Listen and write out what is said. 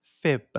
fib